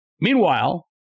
Meanwhile